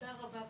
רבה.